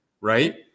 right